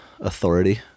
authority